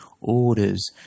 orders